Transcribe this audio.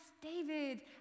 David